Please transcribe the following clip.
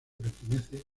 pertenece